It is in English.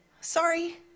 Sorry